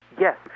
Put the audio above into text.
Yes